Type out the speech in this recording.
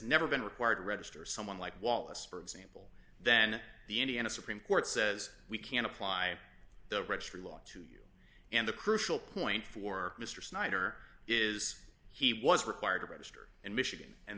never been required to register someone like wallace for example then the indiana supreme court says we can apply the registry law to your and the crucial point for mr snyder is he was required to register in michigan and